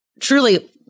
truly